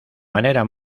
manera